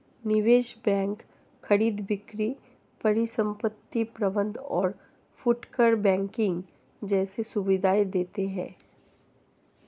निवेश बैंक खरीद बिक्री परिसंपत्ति प्रबंध और फुटकर बैंकिंग जैसी सुविधायें देते हैं